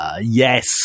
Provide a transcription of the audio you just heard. Yes